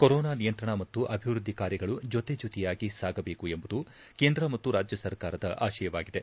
corona ನಿಯಂತ್ರಣ ಮತ್ತು ಅಭಿವೃದ್ಧಿ ಕಾರ್ಯಗಳು ಜೊತೆಜೊತೆಯಾಗಿ ಸಾಗಬೇಕು ಎಂಬುದು ಕೇಂದ್ರ ಮತ್ತು ರಾಜ್ಯ ಸರ್ಕಾರದ ಆಶಯವಾಗಿದೆ